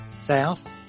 south